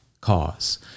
cause